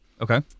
Okay